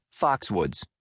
Foxwoods